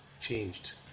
changed